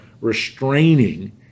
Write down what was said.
restraining